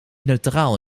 neutraal